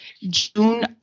June